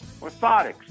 Orthotics